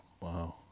Wow